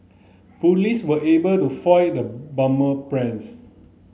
police were able to foil the bomber plans